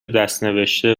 دستنوشته